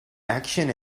action